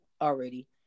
already